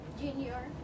junior